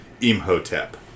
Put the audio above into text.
Imhotep